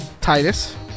Titus